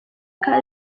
ikaze